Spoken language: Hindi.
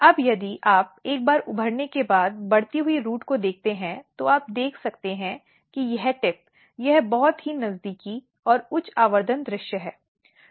अब यदि आप एक बार उभरने के बाद बढ़ती हुई रूट को देखते हैं और आप देख सकते हैं कि यह टिपयह बहुत ही नज़दीकी और उच्च आवर्धन दृश्य है